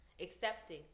accepting